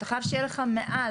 אתה חייב שיהיה לך מעל.